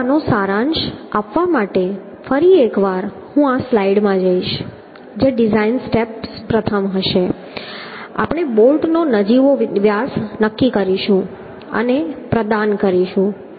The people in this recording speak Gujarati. તો આનો સારાંશ આપવા માટે ફરી એક વાર હું આ સ્લાઇડમાં જઈશ જે ડિઝાઇન સ્ટેપ્સ પ્રથમ હશે આપણે બોલ્ટનો નજીવો વ્યાસ નક્કી કરીશું અને પછી પ્રદાન કરીશું